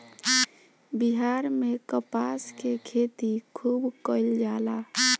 बिहार में कपास के खेती खुब कइल जाला